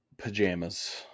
Pajamas